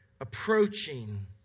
approaching